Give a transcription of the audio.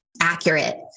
accurate